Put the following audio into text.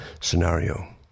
scenario